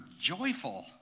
joyful